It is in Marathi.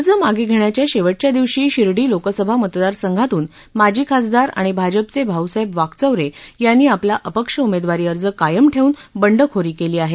अर्ज मागे घेण्याच्या शेवटच्या दिवशी शिर्डी लोकसभा मतदार संघातून माजी खासदार आणि भाजपचे भाऊसाहेब वाकचौरे यांनी आपला अपक्ष उमेदवारी अर्ज कायम ठेवून बंडखोरी केली आहे